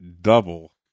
double